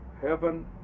heaven